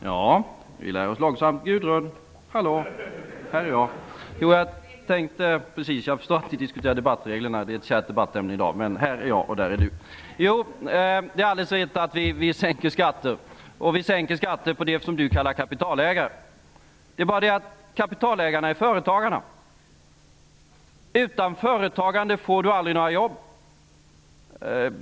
Fru talman! Jag förstår att Gudrun Schyman är upptagen med att diskutera debattreglerna - ett kärt ämne i dag - men det vore bra om hon lyssnar nu när jag replikerar. Det är helt rätt att vi moderater sänker skatter. Och vi sänker skatter för dem som Gudrun Schyman kallar kapitalägare. Men det är ju så, att kapitalägarna är företagarna. Utan något företagande skapas det aldrig några jobb.